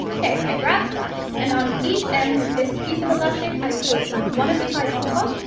okay, i grabbed that. and on each end of this piece of elastic, i put one of the ties on top,